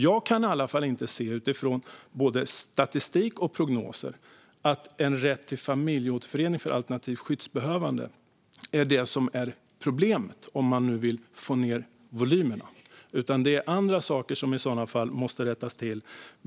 Jag kan i alla fall inte se, utifrån statistik och prognoser, att en rätt till familjeåterförening för alternativt skyddsbehövande är problemet om man nu vill få ned volymerna. Det är i så fall andra saker som måste rättas till.